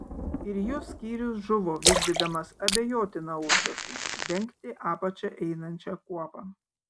ir jų skyrius žuvo vykdydamas abejotiną užduotį dengti apačia einančią kuopą